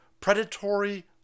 predatory